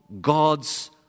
God's